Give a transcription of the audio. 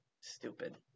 stupid